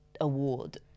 award